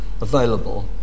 available